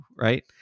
right